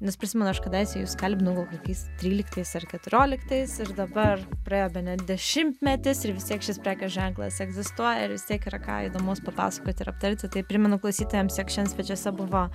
nes prisimenu aš kadaise jus kalbinau gal kokiais tryliktais ar keturioliktais ir dabar praėjo bene dešimtmetis ir vis tiek šis prekės ženklas egzistuoja ir vis tiek yra ką įdomaus papasakoti ir aptarti tai primenu klausytojams jog šiandien svečiuose buvo